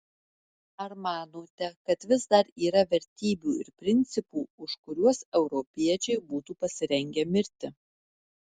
ar manote kad vis dar yra vertybių ir principų už kuriuos europiečiai būtų pasirengę mirti